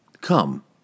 Come